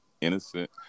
innocent